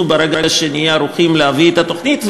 ברגע שנהיה ערוכים להביא את התוכנית.